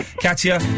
Katya